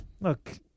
look